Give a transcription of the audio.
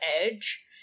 edge